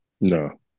No